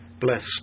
blessed